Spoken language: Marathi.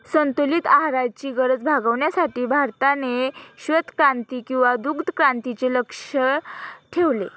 संतुलित आहाराची गरज भागविण्यासाठी भारताने श्वेतक्रांती किंवा दुग्धक्रांतीचे लक्ष्य ठेवले